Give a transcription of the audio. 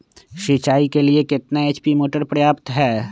सिंचाई के लिए कितना एच.पी मोटर पर्याप्त है?